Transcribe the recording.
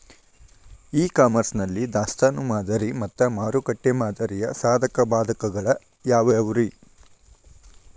E commerce ನಲ್ಲಿ ದಾಸ್ತಾನು ಮಾದರಿ ಮತ್ತ ಮಾರುಕಟ್ಟೆ ಮಾದರಿಯ ಸಾಧಕ ಬಾಧಕಗಳ ಯಾವವುರೇ?